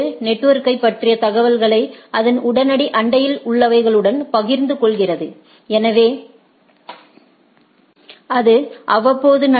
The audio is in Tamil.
நெட்வொர்க்கைப் பற்றிய தகவல்களை அதன் உடனடி அண்டையில் உள்ளவைகளுடன் பகிர்ந்து கொள்கிறது எனவே அது அவ்வப்போது நடக்கும்